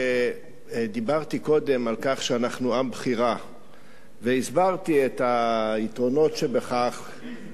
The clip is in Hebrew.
דיברתי קודם על כך שאנחנו עם בחירה והסברתי את היתרונות שבכך ואת מה